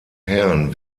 herrn